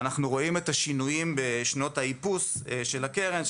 אנחנו רואים את השינויים בשנות האיפוס של הקרן,